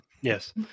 Yes